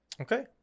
Okay